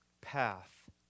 path